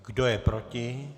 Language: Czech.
Kdo je proti?